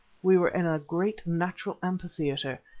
we were in a great natural amphitheatre,